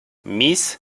mis